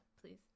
please